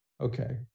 okay